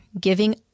giving